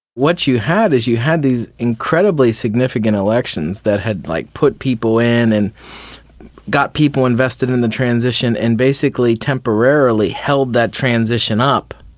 what you had is you had these incredibly significant elections that had like put people in and got people invested in the transition and basically temporarily held that transition up,